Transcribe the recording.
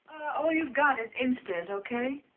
all you've got is instant. okay?